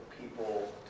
people